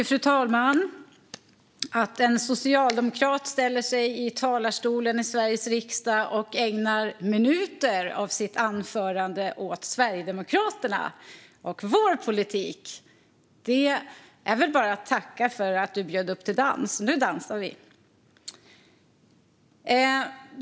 Fru talman! Att en socialdemokrat ställer sig i talarstolen i Sveriges riksdag och ägnar minuter av sitt anförande åt Sverigedemokraterna och vår politik vill jag tacka för. Jag tackar för att du bjöd upp till dans - nu dansar vi!